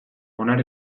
onar